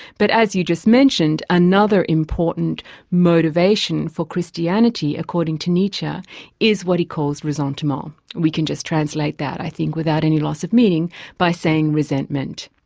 but as you just mentioned, another important motivation for christianity, according to nietzsche is what he calls resentiment. um we can just translate that i think without any loss of meaning by saying resentment.